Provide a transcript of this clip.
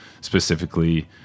specifically